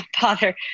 bother